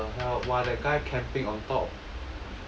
what the hell !wah! that guy camping on top